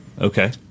Okay